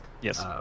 Yes